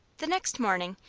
the next morning,